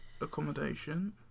accommodation